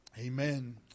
amen